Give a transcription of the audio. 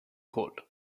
gold